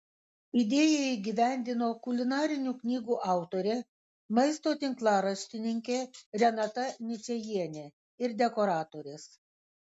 idėją įgyvendino kulinarinių knygų autorė maisto tinklaraštininkė renata ničajienė ir dekoratorės